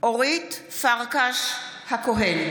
מתחייב אני אורית פרקש הכהן,